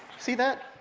see that?